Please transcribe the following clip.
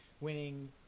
winning